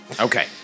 Okay